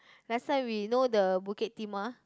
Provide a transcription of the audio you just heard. that's why we know the Bukit-Timah